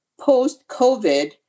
post-COVID